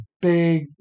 big